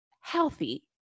healthy